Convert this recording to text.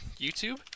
YouTube